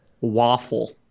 Waffle